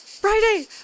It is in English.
Friday